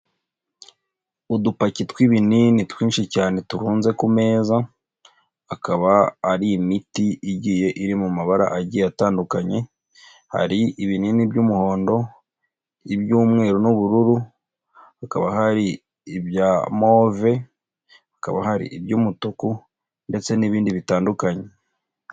Udupaki tw'ibinini twinshi cyane turunze ku meza, akaba ari imiti igiye iri mu mabara agiye atandukanye. Hari ibinini by'umuhondo, iby'umweru n'ubururu, hakaba hari ibya move, hakaba hari iby'umutuku ndetse n'ibindi bitandukanye.